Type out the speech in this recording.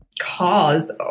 cause